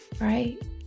Right